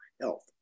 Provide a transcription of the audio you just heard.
health